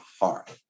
heart